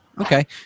Okay